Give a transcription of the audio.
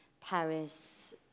Paris